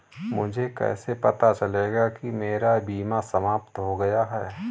मुझे कैसे पता चलेगा कि मेरा बीमा समाप्त हो गया है?